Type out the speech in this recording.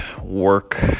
work